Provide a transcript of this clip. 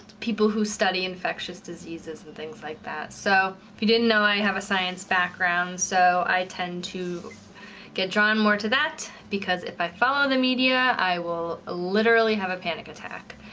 people who study infectious diseases and things like that. so you didn't know i have a science background, so i tend to get drawn more to that, because if i follow the media, i will literally have a panic attack.